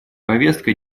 повестка